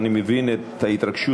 אני מבין את ההתרגשות,